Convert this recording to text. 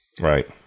Right